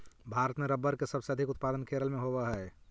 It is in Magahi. भारत में रबर के सबसे अधिक उत्पादन केरल में होवऽ हइ